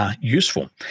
useful